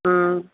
ಹ್ಞೂ